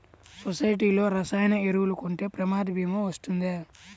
సొసైటీలో రసాయన ఎరువులు కొంటే ప్రమాద భీమా వస్తుందా?